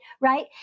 Right